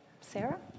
Sarah